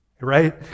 right